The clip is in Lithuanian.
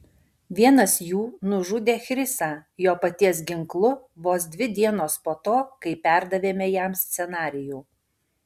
vienas jų nužudė chrisą jo paties ginklu vos dvi dienos po to kai perdavėme jam scenarijų